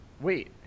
Wait